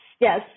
yes